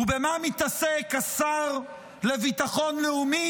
ובמה מתעסק השר לביטחון לאומי?